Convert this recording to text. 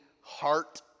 heart